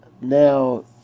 now